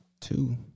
two